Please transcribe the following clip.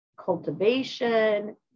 cultivation